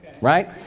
Right